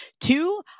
Two